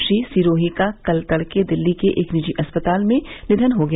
श्री सिरोही का कल तड़के दिल्ली के एक निजी अस्पताल में निधन हो गया